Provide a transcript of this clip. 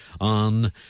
on